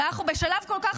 אבל אנחנו בשלב בסיסי כל כך,